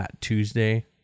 Tuesday